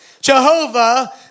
Jehovah